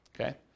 Okay